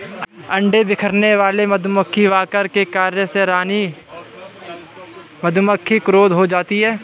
अंडे बिखेरने वाले मधुमक्खी वर्कर के कार्य से रानी मधुमक्खी क्रुद्ध हो जाती है